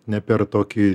ne per tokį